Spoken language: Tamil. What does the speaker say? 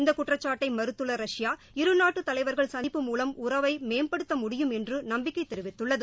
இந்த குற்றச்சாட்டை மறுத்துள்ள ரஷ்பா இருநாட்டு தலைவர்கள் சந்திப்பு மூலம் உறவை மேம்படுத்த முடியும் என்று நம்பிக்கை தெரிவித்துள்ளது